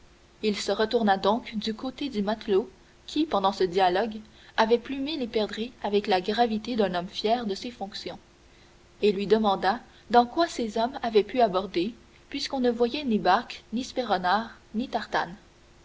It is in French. il se retourna donc du côté du matelot qui pendant ce dialogue avait plumé les perdrix avec la gravité d'un homme fier de ses fonctions et lui demanda dans quoi ses hommes avaient pu aborder puisqu'on ne voyait ni barques ni spéronares ni tartanes